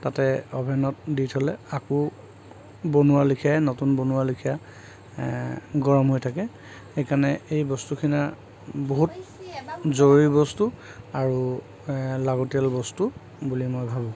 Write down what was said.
তাতে অভেনত দি থলে আকৌ বনোৱা লিখিয়াই নতুন বনোৱা লিখিয়াই গৰম হৈ থাকে সেইকাৰণে এই বস্তুখিনা বহুত জৰুৰী বস্তু আৰু লাগতীয়াল বস্তু বুলি মই ভাবোঁ